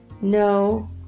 No